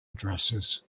addresses